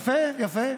קול קורא, יפה, יפה.